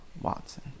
Watson